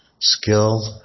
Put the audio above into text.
skill